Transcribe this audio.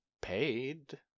paid